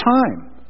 time